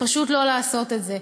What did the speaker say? לא לעשות את זה.